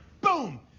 Boom